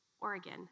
Oregon